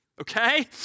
okay